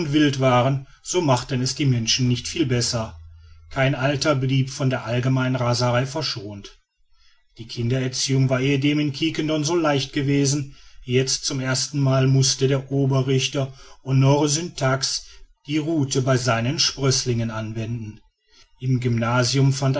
wild waren so machten es die menschen nicht viel besser kein alter blieb von der allgemeinen raserei verschont die kindererziehung war ehedem in quiquendone so leicht gewesen jetzt zum ersten mal mußte der oberrichter honor syntax die ruthe bei seinen sprößlingen anwenden im gymnasium fand